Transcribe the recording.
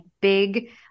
big